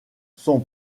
son